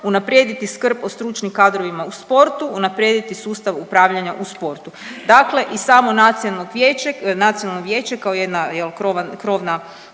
unaprijediti skrb o stručnim kadrovima u sportu, unaprijediti sustav upravljanja u sportu. Dakle, i samo nacionalno vijeće kao jedna jel krovna